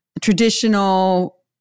traditional